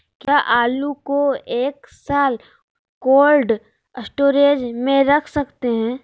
क्या आलू को एक साल कोल्ड स्टोरेज में रख सकते हैं?